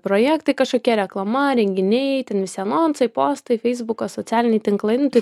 projektai kažkokia reklama renginiai ten visi anonsai postai feisbuko socialiniai tinklai nu tai